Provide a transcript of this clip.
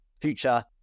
future